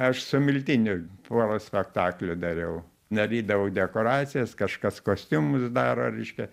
aš su miltiniu porą spektaklių dariau darydavau dekoracijas kažkas kostiumus daro reiškia